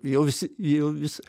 jau visi jau vis